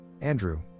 Andrew